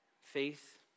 faith